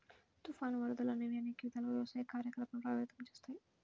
తుఫాను, వరదలు అనేవి అనేక విధాలుగా వ్యవసాయ కార్యకలాపాలను ప్రభావితం చేస్తాయి